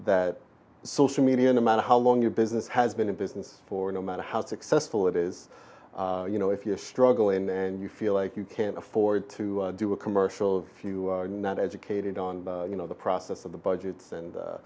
that social media no matter how long your business has been in business for no matter how successful it is you know if you're struggling and you feel like you can't afford to do a commercial if you not educated on you know the process of the budgets and